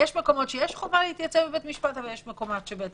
יש מקומות שיש חובת התייצבות לבית המשפט ויש שלא.